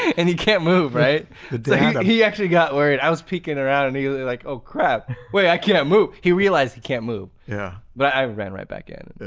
and he can't move right? so he actually got worried. i was peeking around and he like oh crap, wait i can't move. he realized he can't move, yeah but i ran right back in,